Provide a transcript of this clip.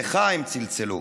/ לך הם צלצלו".